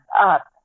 up